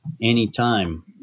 Anytime